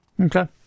Okay